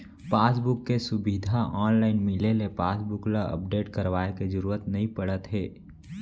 passbook के सुबिधा online मिले ले पासबुक ल अपडेट करवाए के जरूरत नइ परत हे